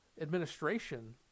administration